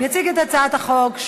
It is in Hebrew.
יציג את הצעת החוק,